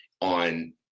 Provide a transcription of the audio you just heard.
on